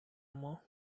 more